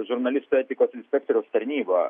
žurnalistų etikos inspektoriaus tarnyba